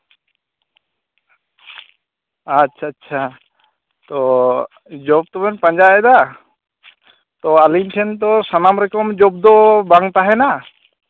ᱟᱪᱪᱷᱟ ᱟᱪᱪᱷᱟ ᱛᱚ ᱡᱚᱵ ᱛᱚᱵᱮᱱ ᱯᱟᱸᱡᱟᱭᱮᱫᱟ ᱛᱚ ᱟᱞᱤᱧ ᱴᱷᱮᱱ ᱫᱚ ᱥᱟᱱᱟᱢ ᱨᱚᱠᱚᱢ ᱡᱚᱵ ᱫᱚ ᱵᱟᱝ ᱛᱟᱦᱮᱱᱟ